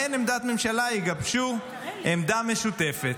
ובאין עמדת ממשלה יגבשו עמדה משותפת".